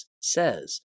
says